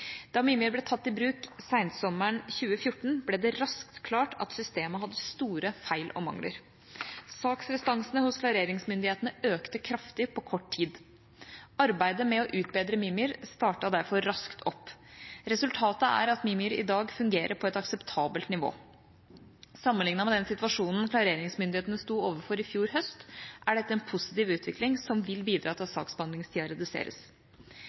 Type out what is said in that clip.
Da Mimir ble tatt i bruk sensommeren 2014, ble det raskt klart at systemet hadde store feil og mangler. Saksrestansene hos klareringsmyndighetene økte kraftig på kort tid. Arbeidet med å utbedre Mimir startet derfor raskt opp. Resultatet er at Mimir i dag fungerer på et akseptabelt nivå. Sammenlignet med den situasjonen klareringsmyndighetene sto overfor i fjor høst, er dette en positiv utvikling som vil bidra til at saksbehandlingstida reduseres.